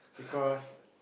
because